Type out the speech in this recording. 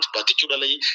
particularly